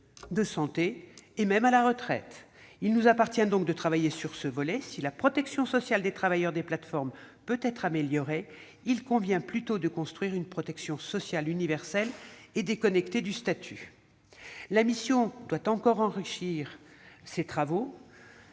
le sont que peu. Il nous appartient donc de travailler sur ce volet. Si la protection sociale des travailleurs des plateformes peut être améliorée, il convient plutôt de construire une protection sociale universelle et déconnectée du statut. La mission doit encore enrichir ses travaux